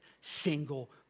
single